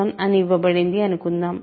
X2X1 అని ఇవ్వబడింది అనుకుందాం